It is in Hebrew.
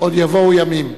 עוד יבואו ימים.